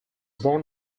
born